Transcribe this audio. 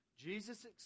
Jesus